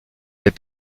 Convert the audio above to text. des